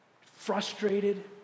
frustrated